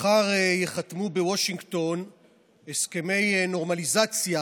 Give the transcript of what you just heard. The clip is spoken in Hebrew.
מחר ייחתמו בוושינגטון הסכמי נורמליזציה